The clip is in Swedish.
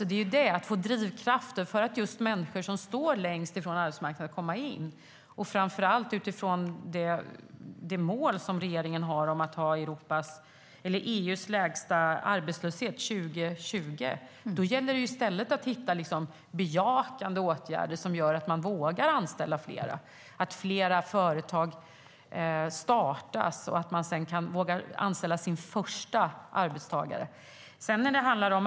Det gäller att skapa drivkrafter för att just de människor som står längst från arbetsmarknaden ska komma in, framför allt utifrån det mål som regeringen har om att ha EU:s lägsta arbetslöshet 2020. Då gäller det att i stället hitta bejakande åtgärder som gör att företagen vågar anställa fler, att fler företag startas och att de vågar anställa sin första arbetstagare.